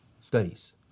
studies